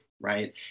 right